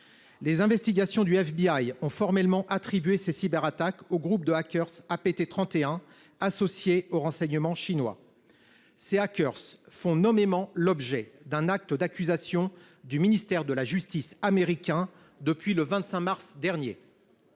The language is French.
Les investigations du FBI ont formellement attribué ces cyberattaques au groupe de hackers APT31, associé au renseignement chinois. Ces hackers font nommément l’objet d’un acte d’accusation du ministère de la justice américain depuis le 25 mars dernier.